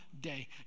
day